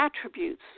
attributes